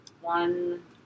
one